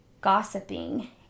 gossiping